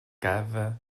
cada